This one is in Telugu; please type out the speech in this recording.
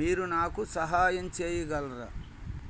మీరు నాకు సహాయం చేయగలరా